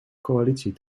coalitie